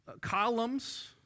columns